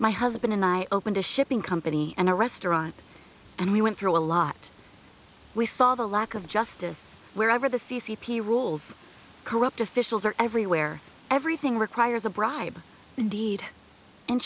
my husband and i opened a shipping company and a restaurant and we went through a lot we saw the lack of justice wherever the c c p rules corrupt officials are everywhere everything requires a bribe indeed